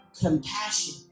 compassion